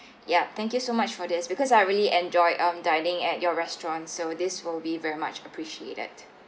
yup thank you so much for this because I really enjoy um dining at your restaurant so this will be very much appreciated